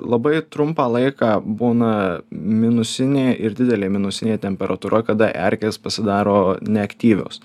labai trumpą laiką būna minusinė ir didelė minusinė temperatūra kada erkės pasidaro neaktyvios